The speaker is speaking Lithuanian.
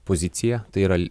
pozicija tai yra